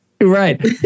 right